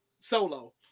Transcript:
solo